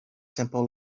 simple